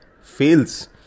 fails